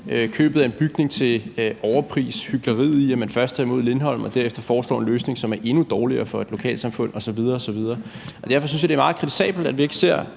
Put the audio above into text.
købet af en bygning til overpris; hykleriet i, at man først er imod Lindholm og derefter foreslår en løsning, som er endnu dårligere for et lokalsamfund osv. Derfor synes jeg, det er meget kritisabelt, at vi ikke ser